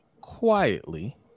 quietly